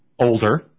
older